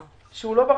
שהוא לא ברשתות.